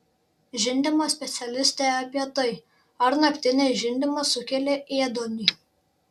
žindymo specialistė apie tai ar naktinis žindymas sukelia ėduonį